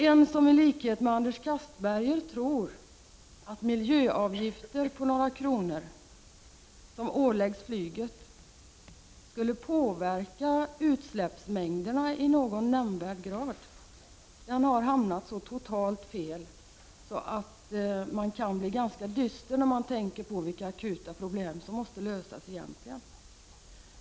En som ilikhet med Anders Castberger tror att miljöavgifter på några kronor som åläggs flyget skulle påverka utsläppsmängderna i någon nämnvärd grad har hamnat totalt fel. Man kan egentligen bli ganska dyster när man tänker på vilka akuta problem som måste lösas.